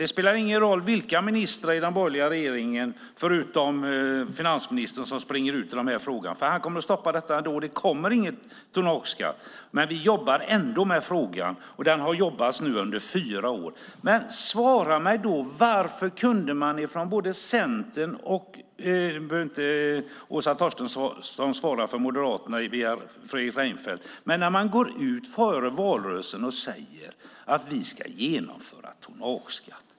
Det spelar ingen roll vilka ministrar i den borgerliga regeringen förutom finansministern som springer ut i den här frågan. Han kommer att stoppa det ändå. Det kommer ingen tonnageskatt. Men man jobbar ändå med frågan. Den har man jobbat med nu under fyra år. Både Centern och Moderaterna - Åsa Torstensson behöver inte svara för Moderaterna och Fredrik Reinfeldt - går ut före valrörelsen och säger att man ska genomföra tonnageskatten.